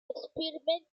experimented